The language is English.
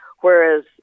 whereas